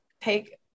take